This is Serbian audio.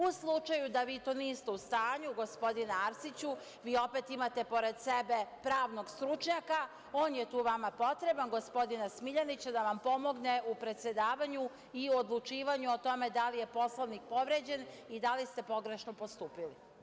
U slučaju da vi to niste u stanju, gospodine Arsiću, vi opet imate pored sebe pravnog stručnjaka, on je tu vama potreban, gospodina Smiljanića, da vam pomogne u predsedavanju i u odlučivanju o tome da li je Poslovnik povređen i da li ste pogrešno postupili.